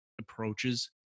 approaches